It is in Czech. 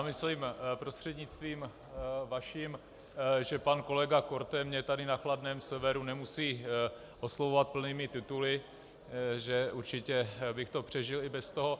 Myslím, prostřednictvím vaším, že pan kolega Korte mě tu na chladném severu nemusí oslovovat plnými tituly, že určitě bych to přežil i bez toho.